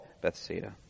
Bethsaida